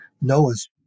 Noah's